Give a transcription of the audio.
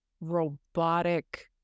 robotic